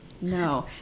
No